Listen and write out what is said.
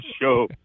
show